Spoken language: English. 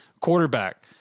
quarterback